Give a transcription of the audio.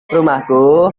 rumahku